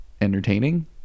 entertaining